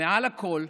ומעל הכול,